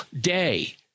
day